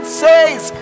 says